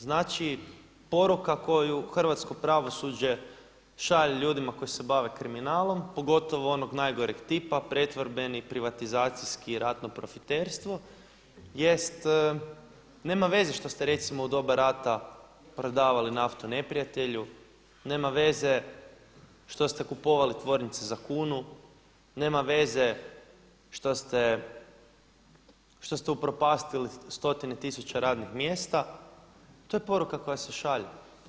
Znači poruka koju hrvatsko pravosuđe šalje ljudima koji se bave kriminalom pogotovo onog najgoreg tipa, pretvorbeni, privatizacijski i ratno profiterstvo jest, nema veze što ste recimo u doba rata prodavali naftu neprijatelju, nema veze što ste kupovali tvornice za kunu, nema veze što ste upropastili stotine tisuća radnih mjesta, to je poruka koja se šalje.